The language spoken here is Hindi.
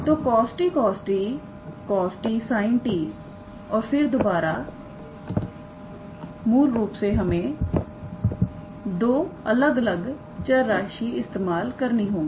तोcos t cos t cos t sin t और फिर दोबारा तो मूल रूप से हमें 2 अलग अलग चरराशि इस्तेमाल करनी होगी